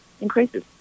increases